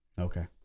Okay